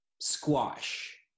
squash